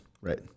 right